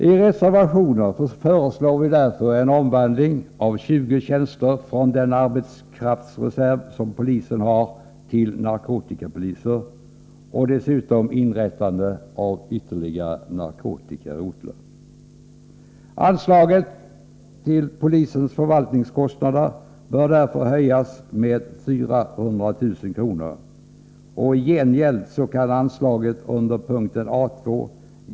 I reservationer föreslår vi därför en omvandling av 20 tjänster från den arbetskraftsreserv som polisen har till narkotikapoliser och dessutom inrättande av ytterligare narkotikarotlar. Anslaget till polisens förvaltningskostnader bör därför höjas med 400 000 kr. I gengäld kan anslaget under A 2.